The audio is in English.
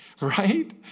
Right